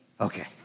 Okay